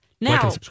Now